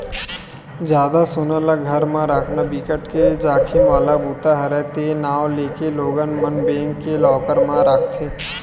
जादा सोना ल घर म राखना बिकट के जाखिम वाला बूता हरय ते नांव लेके लोगन मन बेंक के लॉकर म राखथे